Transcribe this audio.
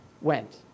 went